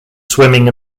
swimming